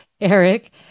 Eric